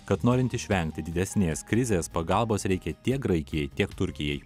kad norint išvengti didesnės krizės pagalbos reikia tiek graikijai tiek turkijai